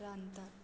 रांदतात